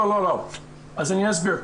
אני אסביר.